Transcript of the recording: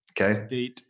Okay